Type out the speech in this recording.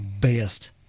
best